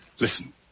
Listen